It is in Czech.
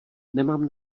nemám